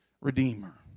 redeemer